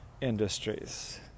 industries